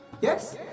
yes